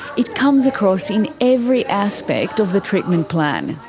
it comes across in every aspect of the treatment plan,